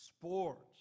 sports